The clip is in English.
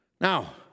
Now